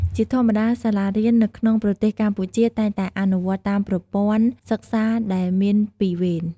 ជាធម្មតា សាលារៀននៅក្នុងប្រទេសកម្ពុជាតែងតែអនុវត្តតាមប្រព័ន្ធសិក្សាដែលមានពីរវេន។